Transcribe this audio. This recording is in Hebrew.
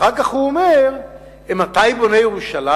אחר כך הוא אומר: אימתי בונה ירושלים?